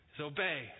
obey